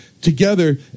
together